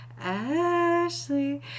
Ashley